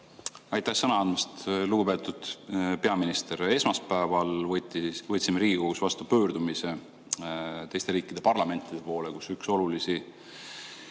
Aitäh sõna andmist! Lugupeetud peaminister! Esmaspäeval võtsime Riigikogus vastu pöördumise teiste riikide parlamentide poole, kus üks olulisi